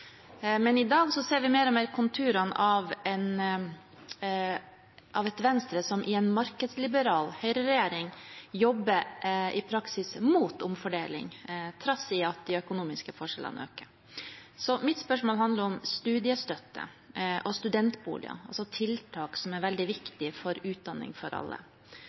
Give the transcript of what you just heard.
Men i dag ser vi mer og mer konturene av et Venstre som i en markedsliberal høyreregjering i praksis jobber mot omfordeling, trass i at de økonomiske forskjellene øker. Mitt spørsmål handler om studiestøtte og studentboliger, tiltak som er veldig viktige for utdanning for alle.